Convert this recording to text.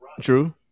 true